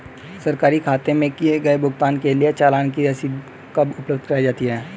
सरकारी खाते में किए गए भुगतान के लिए चालान की रसीद कब उपलब्ध कराईं जाती हैं?